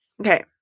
Okay